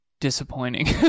disappointing